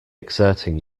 exerting